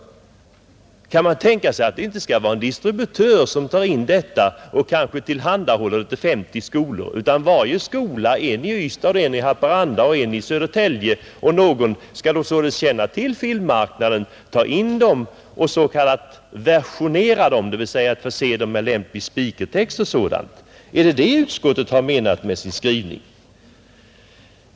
Kan man tänka sig att det inte skall vara en distributör som tar in detta och kanske tillhandahåller det till 50 skolor utan att varje skola — en i Ystad och en i Haparanda och en i Södertälje osv. — skulle känna till filmmarknaden, ta in filmerna och, som det heter, versionera dem — dvs. förse dem med lämplig speakertext och sådant? Är det detta utskottet har menat med sin skrivning?